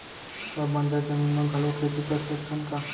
का बंजर जमीन म घलो खेती कर सकथन का?